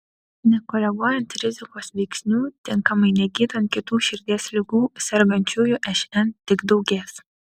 nekoreguojant rizikos veiksnių tinkamai negydant kitų širdies ligų sergančiųjų šn tik daugės